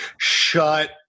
shut